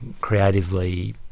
creatively